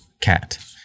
cat